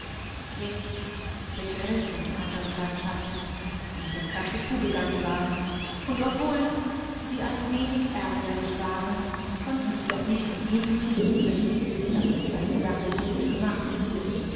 ich durch die ebene damit diese eine guteverbindungmitdenmälarfjordenhabensollte jetztbegriffendieanderenlandschaften wiedasganzezugegangenwar und obwohl sie ein wenig ärgerlich waren konnten sie doch nicht umhin zuzugeben daß es seine sache gut gemacht hatte